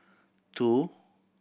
two